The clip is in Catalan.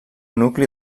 nucli